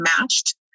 matched